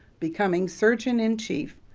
becoming surgeon in chief,